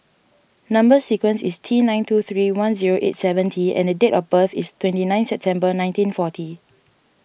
Number Sequence is T nine two three one zero eight seven T and the date of birth is twenty ninth September nineteen forty